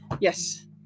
Yes